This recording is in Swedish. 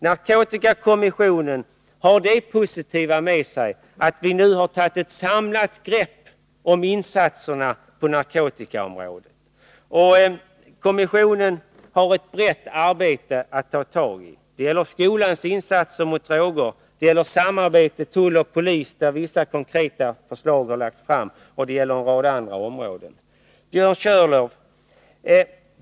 Narkotikakommissionen har det positiva med sig att vi nu har fått ett samlat grepp om insatserna på narkotikaområdet. Kommissionen har ett brett arbete att ta tag i. Det gäller skolans insatser mot droger, samarbetet mellan tull och polis — där har konkreta förslag redan lagts fram — och en rad andra områden. Till Björn Körlof.